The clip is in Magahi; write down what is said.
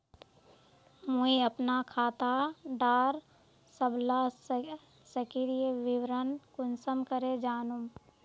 मुई अपना खाता डार सबला सक्रिय विवरण कुंसम करे जानुम?